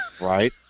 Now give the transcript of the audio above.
Right